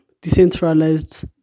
decentralized